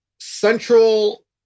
central